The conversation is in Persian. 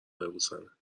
ببوسمت